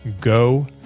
go